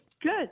Good